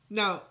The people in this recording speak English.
now